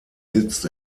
sitzt